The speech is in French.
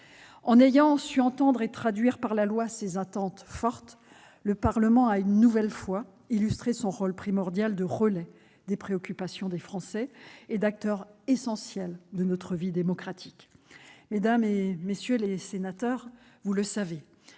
En ayant su entendre et traduire par la loi ces attentes fortes, le Parlement a une nouvelle fois illustré son rôle primordial de relais des préoccupations des Français et d'acteur essentiel de notre vie démocratique. Mesdames, messieurs les sénateurs, vous le savez,